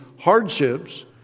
hardships